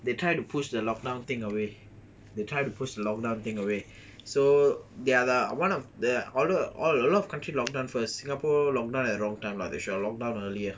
they tried to push the lock down thing away they try to push the lock down thing away so they are the one of the all a lot of country lock down first singapore lockdown at wrong time lah they shall lock down earlier